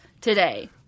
today